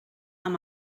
amb